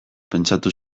pentsatu